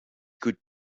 could